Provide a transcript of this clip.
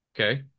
Okay